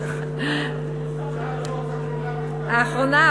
הצעת חוק אחרונה.